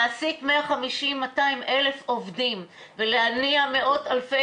להעסיק 200,000-150,000 עובדים ולהניע מאות אלפי